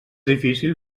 difícil